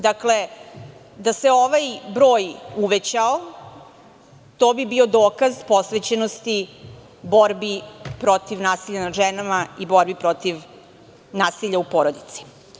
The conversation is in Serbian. Da se ovaj broj uvećao, to bi bio dokaz posvećenosti borbi protiv nasilja nad ženama i borbi protiv nasilja u porodici.